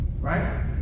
Right